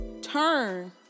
turn